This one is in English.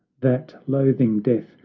that, loathing death,